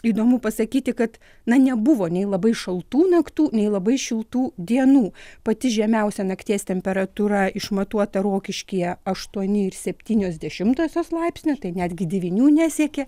įdomu pasakyti kad na nebuvo nei labai šaltų naktų nei labai šiltų dienų pati žemiausia nakties temperatūra išmatuota rokiškyje aštuoni ir septynios dešimtosios laipsnio tai netgi devynių nesiekė